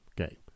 Okay